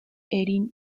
erin